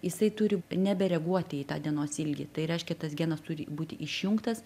jisai turi nebereaguoti į tą dienos ilgį tai reiškia tas genas turi būti išjungtas